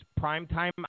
primetime